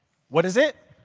what is it?